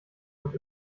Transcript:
und